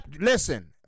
Listen